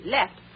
Left